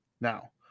Now